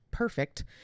perfect